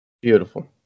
Beautiful